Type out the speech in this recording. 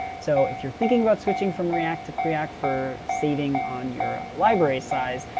so if you're thinking about switching from react to preact for saving on your library size,